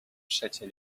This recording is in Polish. przecie